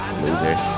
Losers